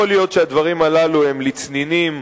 יכול להיות שהדברים הללו הם לצנינים